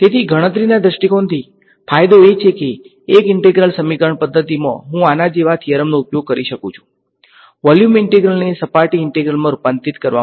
તેથી ગણતરીના દૃષ્ટિકોણથી ફાયદો એ છે કે એક ઈંટ્રેગ્રલ સમીકરણ પદ્ધતિમાં હું આના જેવા થીયરમનો ઉપયોગ કરી શકું છું વોલ્યુમ ઇન્ટિગ્રલને સપાટી ઇન્ટિગ્રલમાં રૂપાંતરિત કરવા માટે